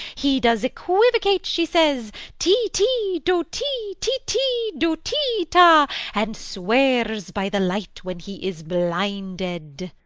he does equivocate she says ti, ti do ti, ti ti do, ti da and swears by the light when he is blinded.